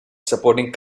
supporting